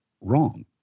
wrong